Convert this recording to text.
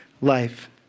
life